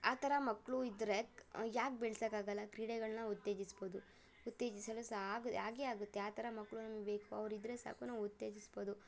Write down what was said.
ಆ ಥರ ಮಕ್ಕಳು ಇದ್ದಾರೆ ಯಾಕೆ ಬೆಳ್ಸಕ್ಕಾಗಲ್ಲ ಕ್ರೀಡೆಗಳನ್ನ ಉತ್ತೇಜಿಸ್ಬೋದು ಉತ್ತೇಜಿಸಲು ಸ ಆಗ ಆಗೇ ಆಗುತ್ತೆ ಆ ಥರ ಮಕ್ಕಳೂ ನಮ್ಗೆ ಬೇಕು ಅವರಿದ್ರೆ ಸಾಕು ನಾವು ಉತ್ತೇಜಿಸ್ಬೋದು